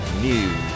News